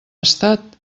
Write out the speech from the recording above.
estat